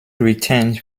retained